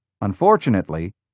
Unfortunately